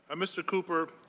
um mr. cooper,